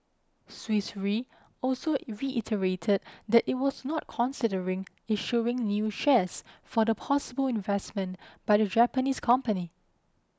Swiss Re also reiterated that it was not considering issuing new shares for the possible investment by the Japanese company